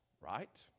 right